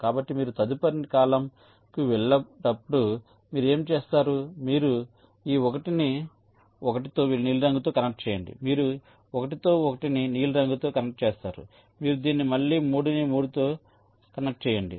కాబట్టి మీరు తదుపరి కాలమ్కు వెళ్లేటప్పుడు మీరు ఏమి చేస్తారు మీరు ఈ 1 ని 1 తో 1 నీలిరంగుతో కనెక్ట్ చేయండి మీరు 1 తో 1 ని నీలం రంగులో కనెక్ట్ చేస్తారు మీరు దీన్ని మళ్ళీ 3 ని 3 తో కనెక్ట్ చేయండి